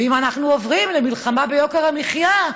ואם אנחנו עוברים למלחמה ביוקר המחיה,